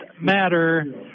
matter